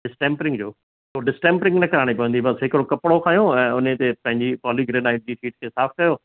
डिस्टैंमरिंग जो पोइ डिस्टैंपरिंग न कराइणी पवंदी बसि हिकिड़ो कपिड़ो खयो ऐं उन ते पंहिंजी पॉलीग्रेनाइट जी शीट खे साफ़ कयो